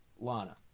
Lana